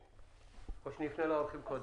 או שנפנה לאורחים קודם?